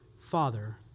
Father